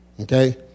okay